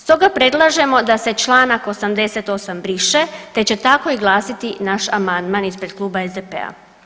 Stoga predlažemo da se članak 88. briše, te će tako i glasiti naš amandman ispred Kluba SDP-a.